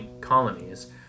colonies